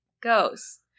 Goes